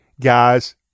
guys